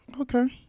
Okay